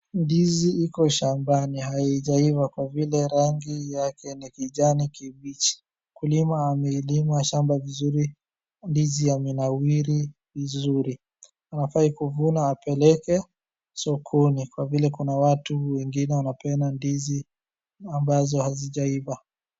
Ndizi iko shambani haijaiva kwa vile rangi yake ni kijani kibichi. Mkulima amelima shamba vizuri ndizi yamenawiri vizuri. Anafai kuvuna apeleke sokoni kwa vile kuna watu wengine wanapenda ndizi ambazo hazijaiva.